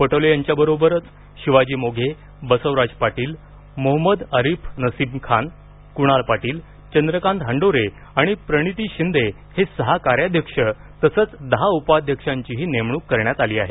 पटोले यांच्याबरोबर शिवाजी मोघे बसवराज पाटील मोहंमद अरिफ नसीम खान कुणाल पाटील चंद्रकांत हंडोरे आणि प्रणिती शिंदे हे सहा कार्याध्यक्ष तसंच दहा उपाध्यक्षांचीही नेमणूक करण्यात आली आहे